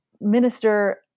minister